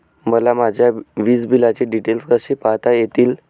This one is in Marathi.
मला माझ्या वीजबिलाचे डिटेल्स कसे पाहता येतील?